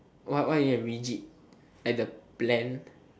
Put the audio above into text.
why why you have rigid like the plan